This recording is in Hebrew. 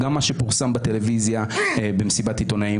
גם מה שפורסם בטלוויזיה במסיבת עיתונאים,